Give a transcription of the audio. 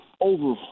over